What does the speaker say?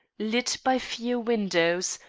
lit by few windows,